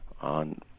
on